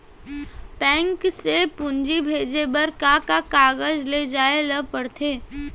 Bank से पूंजी भेजे बर का का कागज ले जाये ल पड़थे?